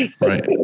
Right